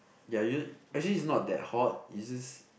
ya you actually it's not that hot it's just